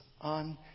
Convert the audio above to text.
on